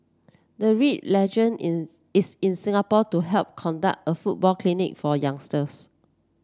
the Red legend is is in Singapore to help conduct a football clinic for youngsters